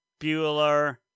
Bueller